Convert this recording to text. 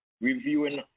reviewing